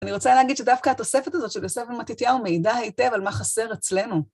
אני רוצה להגיד שדווקא התוספת הזאת של יוסף ומתתיהו מעידה היטב על מה חסר אצלנו.